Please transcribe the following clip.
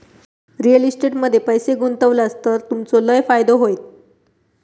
real estate मध्ये पैशे गुंतवलास तर तुमचो लय फायदो होयत